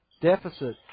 deficit